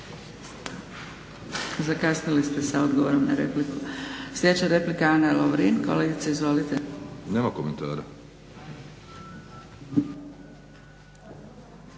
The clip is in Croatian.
Zakasnili ste s odgovorom na repliku. Sljedeća replika Ana Lovrin. Kolegice izvolite. **Lovrin,